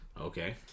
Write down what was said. Okay